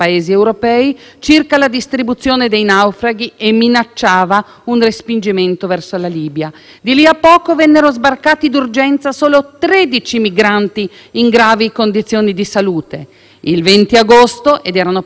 Da lì a poco vennero sbarcati d'urgenza solo 13 migranti in gravi condizioni di salute. Il 20 agosto - ed erano passati già cinque giorni - il ministro Toninelli indicò Catania quale porto d'attracco, ma Salvini negò